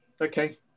Okay